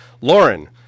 Lauren